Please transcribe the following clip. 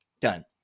Done